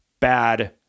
bad